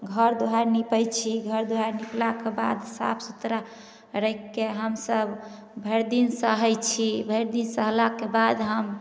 घर दुआरि नीपै छी घर दुआरि नीपलाक बाद साफ सुथरा राखिके हमसब भैरि दिन सहै छी भैरि दिन सहलाके बाद हम